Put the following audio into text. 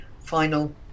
final